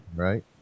Right